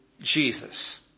Jesus